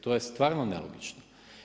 To je stvarno nelogično.